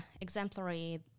exemplary